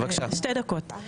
שתי דקות.